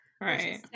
right